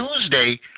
Tuesday